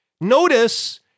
Notice